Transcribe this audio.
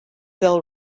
del